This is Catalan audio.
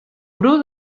bru